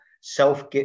self